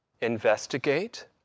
investigate